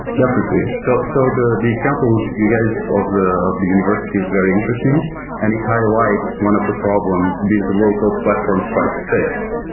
definitely. so so the the example you gave of the of the university is very interesting and it highlights one of the problems these local platforms try to fix.